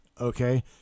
okay